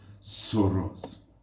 sorrows